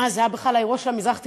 זה היה בכלל האירוע של המזרח התיכון,